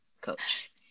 coach